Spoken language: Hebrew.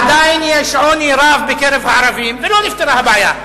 עדיין יש עוני רב בקרב הערבים, ולא נפתרה הבעיה.